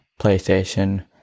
PlayStation